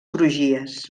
crugies